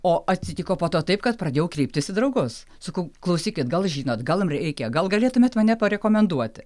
o atsitiko po to taip kad pradėjau kreiptis į draugus sakau klausykit gal žinot gal jum reikia gal galėtumėt mane parekomenduoti